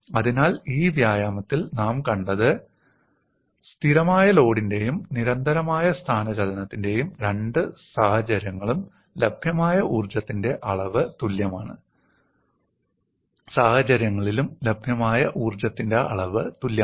അതിനാൽ ഈ വ്യായാമത്തിൽ നാം കണ്ടത് സ്ഥിരമായ ലോഡിന്റെയും നിരന്തരമായ സ്ഥാനചലനത്തിന്റെയും രണ്ട് സാഹചര്യങ്ങളിലും ലഭ്യമായ ഊർജ്ജത്തിന്റെ അളവ് തുല്യമാണ്